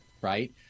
Right